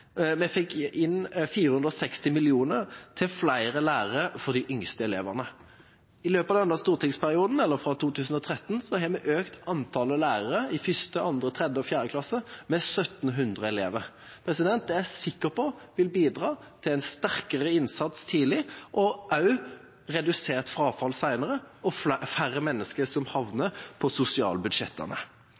Vi fikk inn 460 mill. kr til flere lærere for de yngste elevene. I løpet av denne stortingsperioden, fra 2013, har vi økt antallet lærere i 1., 2., 3. og 4. klasse med 1 700. Det er jeg sikker på vil bidra til en sterkere innsats tidlig og også redusert frafall senere og færre mennesker som havner på sosialbudsjettene.